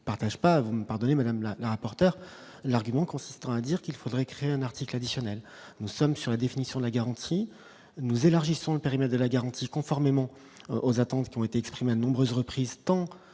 je ne partage pas, vous me pardonnez Madame le rapporteur, l'argument consistant à dire qu'il faudrait créer un article additionnel nous sommes sur la définition de la garantie, nous élargissons le périmètre de la garantie, conformément aux attentes, qui ont été exprimées nombreuses reprises, tant